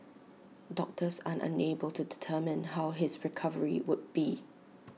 doctors are unable to determine how his recovery would be